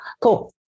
cool